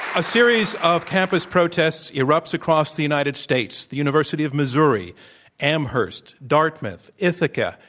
a series of campus protests erupts across the united states. the university of missouri amherst, dartmouth, ithaca,